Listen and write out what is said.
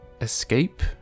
escape